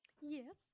yes